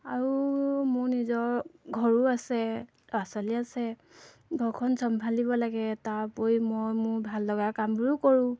আৰু মোৰ নিজৰ ঘৰো আছে ল'ৰা ছোৱালী আছে ঘৰখন চম্ভালিব লাগে তাৰ উপৰি মই মোৰ ভাল লগা কামবোৰো কৰোঁ